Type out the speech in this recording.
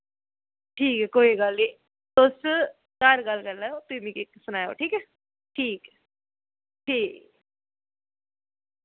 ठीक ऐ कोई गल्ल नी तुस घर गल्ल कर लैएओ फ्ही मिकी सनाएओ ठीक ऐ ठीक ऐ ठीक